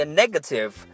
negative